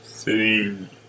sitting